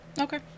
okay